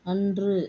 அன்று